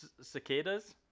cicadas